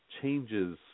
changes